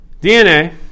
DNA